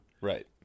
Right